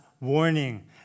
warning